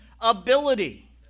ability